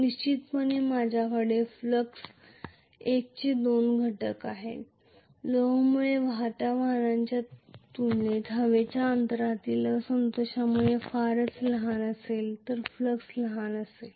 निश्चितपणे माझ्याकडे फ्लक्स एकचे दोन घटक आहेत लोहमुळे वाहत्या वाहनाच्या तुलनेत हवेच्या अंतरातील असंतोषामुळे हे फारच लहान असेल तर फ्लक्स लहान असेल